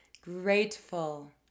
grateful